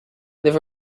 the